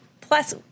plus